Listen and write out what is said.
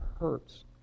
hurts